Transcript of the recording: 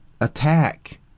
Attack